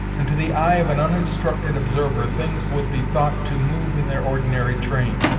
and to the eye of an uninstructed observer things would be thought to move in their ordinary train.